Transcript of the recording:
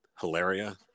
Hilaria